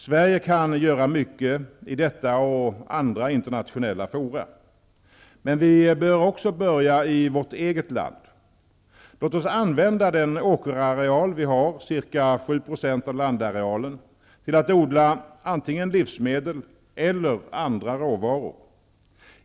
Sverige kan göra mycket i detta och andra internationella fora, men vi bör också börja i vårt eget land. Låt oss använda den åkerareal vi har, ca 7 % av landarealen, till att odla antingen livsmedel eller andra råvaror.